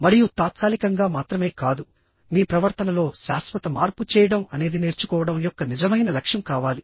మరియు తాత్కాలికంగా మాత్రమే కాదు మీ ప్రవర్తనలో శాశ్వత మార్పు చేయడం అనేది నేర్చుకోవడం యొక్క నిజమైన లక్ష్యం కావాలి